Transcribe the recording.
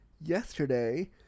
yesterday